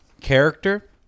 character